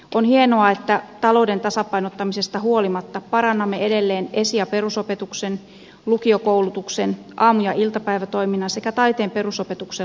on hienoa että talouden tasapainottamisesta huolimatta parannamme edelleen esi ja perusopetuksen lukiokoulutuksen aamu ja iltapäivätoiminnan sekä taiteen perusopetuksen laatua